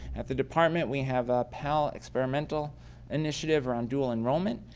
at the department we have a pel experimental initiative, we're on dual enrollment,